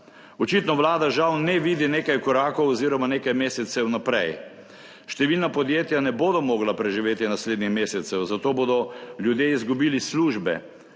Očitno Vlada žal ne vidi nekaj korakov oziroma nekaj mesecev vnaprej. Številna podjetja ne bodo mogla preživeti naslednjih mesecev, zato bodo ljudje izgubili službe.